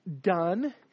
done